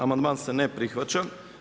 Amandman se ne prihvaća.